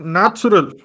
natural